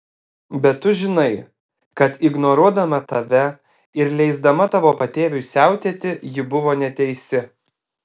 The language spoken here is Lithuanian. bet tu žinai kad ignoruodama tave ir leisdama tavo patėviui siautėti ji buvo neteisi